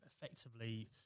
effectively